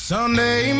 Sunday